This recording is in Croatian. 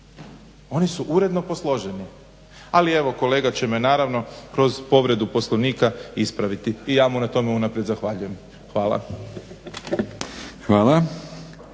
oni su uredno posloženi. Ali evo kolega će me naravno kroz povredu Poslovnika ispraviti i ja mu na tome unaprijed zahvaljujem. Hvala.